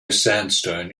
sandstone